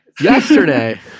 Yesterday